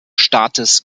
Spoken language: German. staates